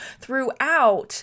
throughout